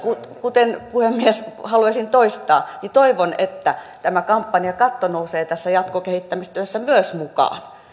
kuten puhemies haluaisin toistaa toivon että myös tämä kampanjakatto nousee tässä jatkokehittämistyössä mukaan